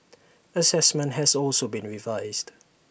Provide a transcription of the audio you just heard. Assessment has also been revised